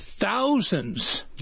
thousands